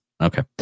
Okay